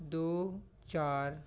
ਦੋ ਚਾਰ